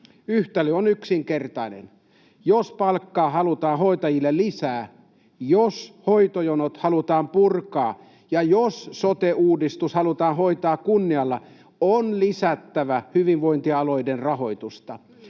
Yhtälö on yksinkertainen. Jos palkkaa halutaan hoitajille lisää, jos hoitojonot halutaan purkaa ja jos sote-uudistus halutaan hoitaa kunnialla, on lisättävä hyvinvointialueiden rahoitusta.